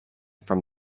from